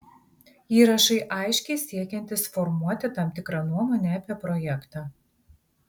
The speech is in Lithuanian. įrašai aiškiai siekiantys formuoti tam tikrą nuomonę apie projektą